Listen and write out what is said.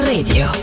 Radio